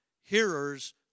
hearers